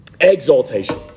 exaltation